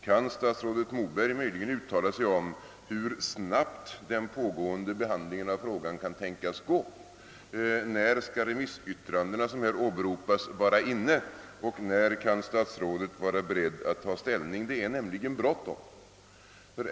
Kan statsrådet Moberg möjligen uttala sig om hur snabbt den pågående behandlingen av frågan kan tänkas gå? När skall de remissyttranden som här åberopas vara inne, och när kan statsrådet vara beredd att ta ställning? Det är nämligen bråttom.